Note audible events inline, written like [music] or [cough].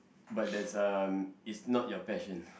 but there's um it's not your passion [breath]